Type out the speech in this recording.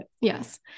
Yes